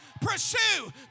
Pursue